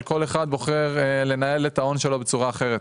וכל אחד מהם בוחר לנהל את ההון שלו בצורה אחרת.